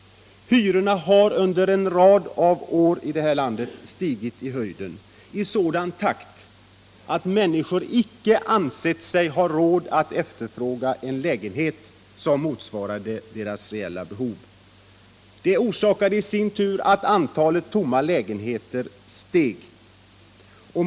Hyrorna i vårt land har under en rad av år stigit i höjden i sådan takt att människor icke ansett sig ha råd att efterfråga en lägenhet som motsvarar deras reella behov. Detta orsakade i sin tur att antalet tomma lägenheter ökade.